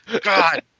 God